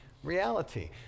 reality